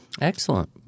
Excellent